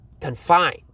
confined